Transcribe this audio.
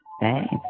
Thanks